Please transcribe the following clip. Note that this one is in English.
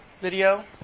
video